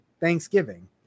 Thanksgiving